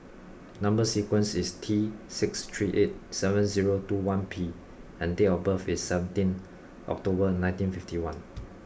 number sequence is T six three eight seven zero two one P and date of birth is seventeenth October nineteen fifty one